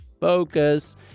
focus